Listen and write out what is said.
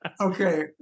Okay